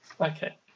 Okay